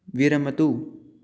विरमतु